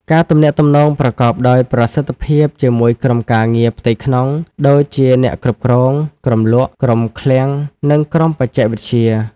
ការទំនាក់ទំនងប្រកបដោយប្រសិទ្ធភាពជាមួយក្រុមការងារផ្ទៃក្នុង ដូចជាអ្នកគ្រប់គ្រង ក្រុមលក់ ក្រុមឃ្លាំង និងក្រុមបច្ចេកវិទ្យា។